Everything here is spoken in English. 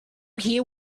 hear